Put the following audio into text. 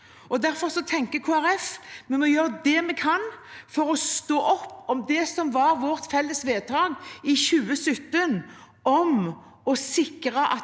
Folkeparti at vi må gjøre det vi kan for å stå opp for det som var vårt felles vedtak i 2017: å sikre at